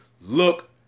look